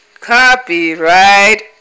Copyright